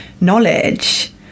knowledge